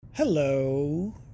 Hello